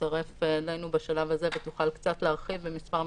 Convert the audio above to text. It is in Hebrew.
תצטרף אלינו בשלב הזה ותוכל קצת להרחיב במספר מילים,